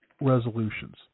resolutions